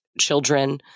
children